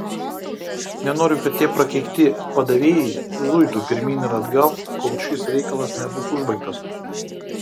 nenoriu kad tie prakeikti padavėjai zuitų pirmyn ir atgal kol šis reikalas nebus užbaigtas